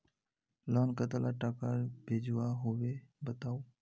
Loan कतला टाका भेजुआ होबे बताउ?